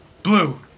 Blue